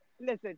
listen